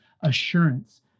assurance